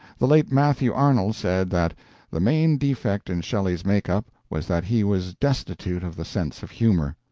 the late matthew arnold said that the main defect in shelley's make-up was that he was destitute of the sense of humor.